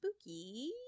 spooky